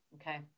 Okay